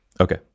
Okay